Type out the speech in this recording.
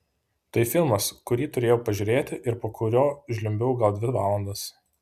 tai filmas kurį turėjau pažiūrėti ir po kurio žliumbiau gal dvi valandas